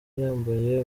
yambaye